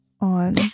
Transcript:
on